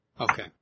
Okay